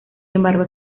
embargo